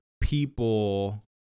people